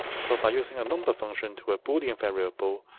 so by using a number function to a boolean variable,